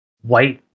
white